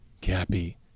Cappy